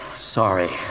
sorry